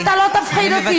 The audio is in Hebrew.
ואתה לא תפחיד אותי.